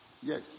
Yes